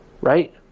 Right